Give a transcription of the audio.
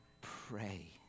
pray